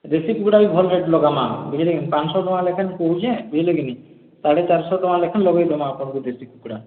ଦେଶୀ କୁକୁଡ଼ା ବି ଭଲ୍ ରେଟ୍ ଲଗାମା ବୁଝିଲେ କି ପାଞ୍ଚଶହ ଟଙ୍କା ଲେଖାଁ ପଡ଼ୁଛି ବୁଝିଲେ କି ନାଇଁ ସାଢ଼େ ଚାରିଶହ ଟଙ୍କା ଲେଖାଁ ଲଗେଁଇ ଦେବାଁ ଆପଣଙ୍କୁ ଦେଶୀ କୁକୁଡ଼ା